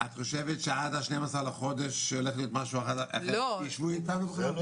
את חושבת שעד ה-12 לחודש הולך להיות משהו אחר אחרי שתשבו איתנו?